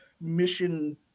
mission